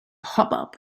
hop